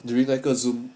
during 那个 Zoom